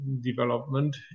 development